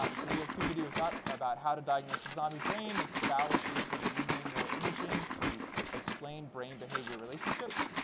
um so we have two videos up about how to diagnose the zombie brain and some fallacies in using neuroimaging to explain brain-behavior relationships.